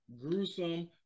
gruesome